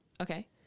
Okay